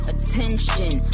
Attention